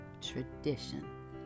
tradition